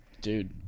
Dude